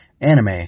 anime